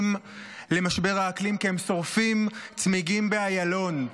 למשבר האקלים כי הם שורפים צמיגים באיילון.